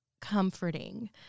comforting